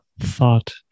thought